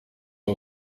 ari